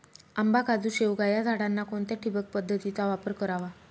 आंबा, काजू, शेवगा या झाडांना कोणत्या ठिबक पद्धतीचा वापर करावा?